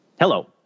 Hello